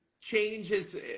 changes